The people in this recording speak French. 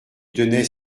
donnait